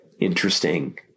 interesting